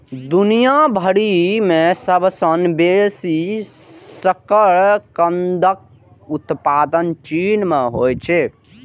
दुनिया भरि मे सबसं बेसी शकरकंदक उत्पादन चीन मे होइ छै